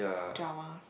drama